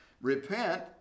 Repent